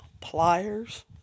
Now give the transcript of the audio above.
pliers